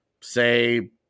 say